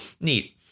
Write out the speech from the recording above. neat